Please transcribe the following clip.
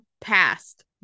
Past